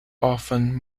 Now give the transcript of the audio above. often